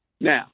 Now